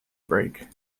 break